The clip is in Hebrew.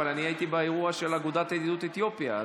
שהייתי באירוע של אגודת ידידות אתיופיה.